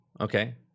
okay